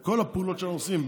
כל הפעולות שאנחנו עושים,